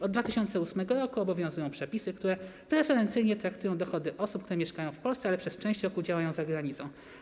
Od 2008 r. obowiązują przepisy, które preferencyjnie traktują dochody osób, które mieszkają w Polsce, ale przez część roku działają za granicą.